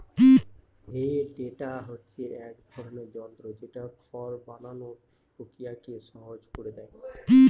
হে tedder হচ্ছে এক ধরনের যন্ত্র যেটা খড় বানানোর প্রক্রিয়াকে সহজ করে দেয়